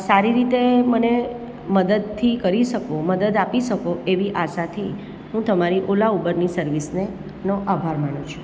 સારી રીતે મને મદદથી કરી શકો મદદ આપી શકો એવી આશાથી હું તમારી ઓલા ઉબરની સર્વિસને નો આભાર માનું છું